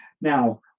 now